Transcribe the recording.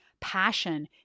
passion